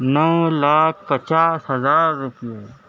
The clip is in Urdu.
نو لاکھ پچاس ہزار روپیے